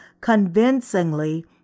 convincingly